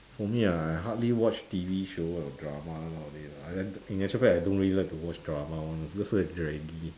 for me ah I hardly watch T_V show or drama nowadays lah in actual fact I don't really like to watch drama [one] cause it's also very draggy